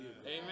Amen